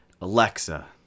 Alexa